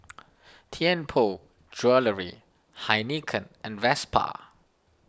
Tianpo Jewellery Heinekein and Vespa